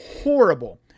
horrible